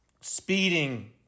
speeding